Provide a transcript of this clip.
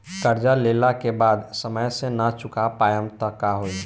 कर्जा लेला के बाद समय से ना चुका पाएम त का होई?